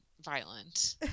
violent